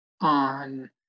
On